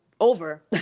over